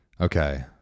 Okay